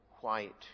white